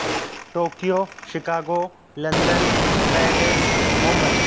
Tokyo Chicago London Paris Mumbai